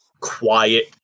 quiet